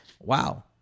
Wow